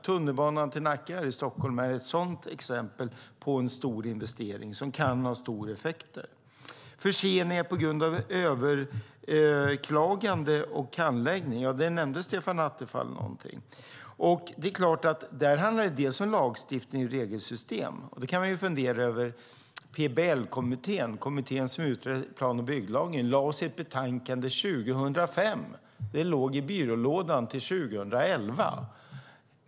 Tunnelbana till Nacka här i Stockholm är ett sådant exempel på en stor investering som kan ha stora effekter. Förseningar på grund av överklaganden och handläggning nämnde Stefan Attefall. Där handlar det delvis om ett lagstiftnings och regelsystem. PBL-kommittén, kommittén som utredde plan och bygglagen, lade fram sitt betänkande om den kortade instansordningen 2005.